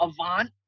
Avant